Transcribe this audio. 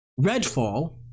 Redfall